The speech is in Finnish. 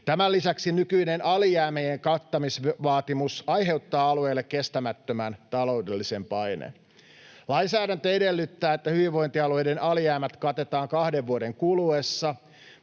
Tämän lisäksi nykyinen alijäämien kattamisvaatimus aiheuttaa alueille kestämättömän taloudellisen paineen. Lainsäädäntö edellyttää, että hyvinvointialueiden alijäämät katetaan kahden vuoden kuluessa,